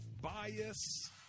bias